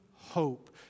hope